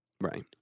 right